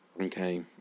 Okay